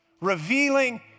revealing